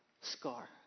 scar